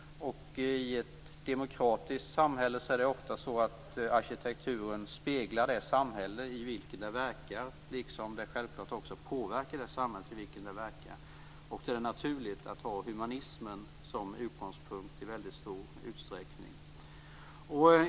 I ett demokratiskt samhälle speglar arkitekturen ofta det samhälle i vilket den verkar liksom den självklart också påverkar det samhälle i vilket den verkar och där det är naturligt att ha humanismen som utgångspunkt i väldigt stor utsträckning.